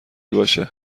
باشه